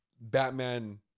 Batman